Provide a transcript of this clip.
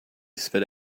spit